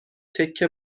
تکه